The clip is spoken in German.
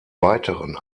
weiteren